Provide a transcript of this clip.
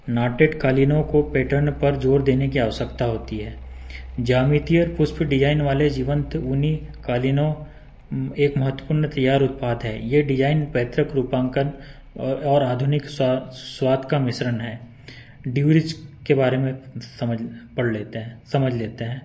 नाटेड कालीनों को पेटर्न पर जोर देने की आवश्यकता होती है ज्यामितीय पुष्प डिजाईन वाले जीवंत ऊनी कालीनों एक महत्वपूर्ण तैयार उत्पाद हैं ये डिजाईन पैतृक रूपांकन औ और आधुनिक स स्वाद का मिश्रण है डिउरिज के बारे में समझ पढ़ लेते हैं समझ लेते हैं